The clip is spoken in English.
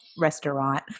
restaurant